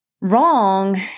wrong